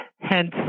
hence